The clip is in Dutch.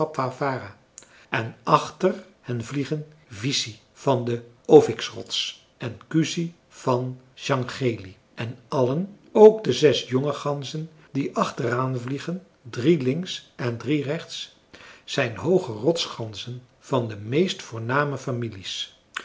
en achter hen vliegen viisi van de oviksrots en kuusi van sjangeli en allen ook de zes jonge ganzen die achteraan vliegen drie links en drie rechts zijn hooge rotsganzen van de meest voorname families